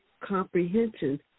comprehension